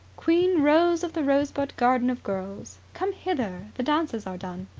queen rose of the rosebud garden of girls come hither, the dances are done,